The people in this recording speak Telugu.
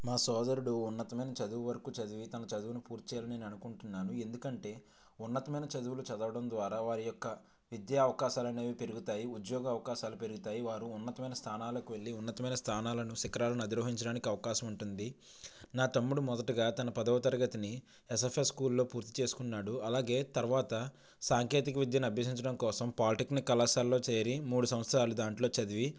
మా సోదరుడు ఉన్నతమైన చదువు వరకు చదివి తన చదువును పూర్తి చేయాలని నేను అనుకుంటున్నాను ఎందుకంటే ఉన్నతమైన చదువులు చదవడం ద్వారా వారి యొక్క విద్యా అవకాశాలు అనేవి పెరుగుతాయి ఉద్యోగ అవకాశాలు పెరుగుతాయి వారు ఉన్నతమైన స్థానాలకు వెళ్ళి ఉన్నతమైన స్థానాలను శిఖరాలను అధిరోహించడానికి అవకాశం ఉంటుంది నా తమ్ముడు మొదటగా తన పదవ తరగతిని ఎస్ఎఫ్ఐ స్కూల్లో పూర్తి చేసుకున్నాడు అలాగే తర్వాత సాంకేతిక విద్యను అభ్యసించడం కోసం పాలిటెక్నిక్ కళాశాలలో చేరి మూడు సంవత్సరాలు దాంట్లో చదివి